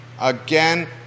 again